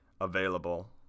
available